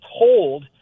told